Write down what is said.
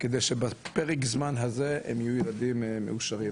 כדי שבפרק זמן הזה הם יהיו ילדים מאושרים,